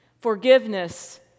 forgiveness